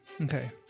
Okay